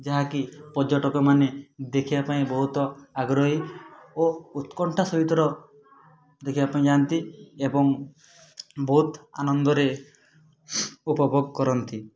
ଯାହାକି ପର୍ଯ୍ୟଟକମାନେ ଦେଖିବା ପାଇଁ ବହୁତ ଆଗ୍ରହୀ ଓ ଉତ୍କଣ୍ଠା ସହିତର ଦେଖିବା ପାଇଁ ଯାଆନ୍ତି ଏବଂ ବହୁତ ଆନନ୍ଦରେ ଉପଭୋଗ କରନ୍ତି